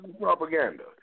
propaganda